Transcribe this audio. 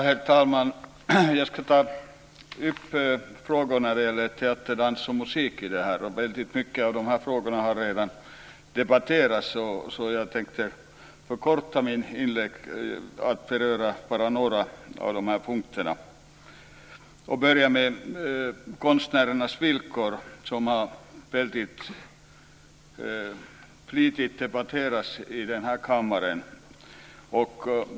Herr talman! Jag ska ta upp frågor som gäller teater, dans och musik. Väldigt många av dessa frågor har redan debatterats. Jag tänkte därför förkorta mitt inlägg och beröra bara några av dessa punkter. Jag börjar med konstnärernas villkor, vilka har debatterats väldigt flitigt i denna kammare.